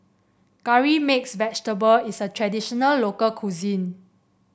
Curry Mixed Vegetable is a traditional local cuisine